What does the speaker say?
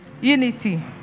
Unity